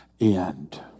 end